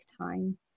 time